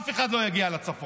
אף אחד לא יגיע לצפון.